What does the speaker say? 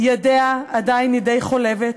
ידיה עדיין ידי חולבת,